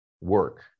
work